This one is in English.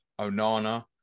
Onana